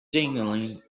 signaling